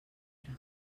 altra